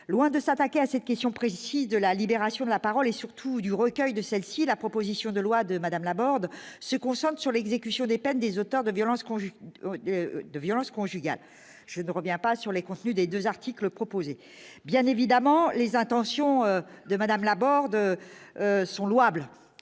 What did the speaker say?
loin de s'attaquer à cette question précise de la libération de la parole et surtout du recueil de celle-ci, la proposition de loi de Madame Laborde se concentre sur l'exécution des peines, des auteurs de violences conjugales de violences conjugales, je ne reviens pas sur les contenus des 2 articles proposés, bien évidemment, les intentions de Madame Laborde sont louables